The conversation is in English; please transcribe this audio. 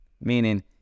meaning